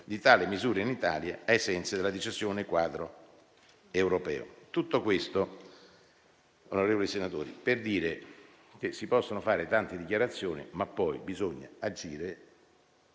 di tale misura in Italia, ai sensi della suddetta decisione quadro europea. Tutto ciò, onorevoli senatori, per dire che si possono fare tante dichiarazioni, ma poi bisogna agire